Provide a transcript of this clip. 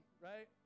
right